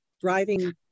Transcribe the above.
driving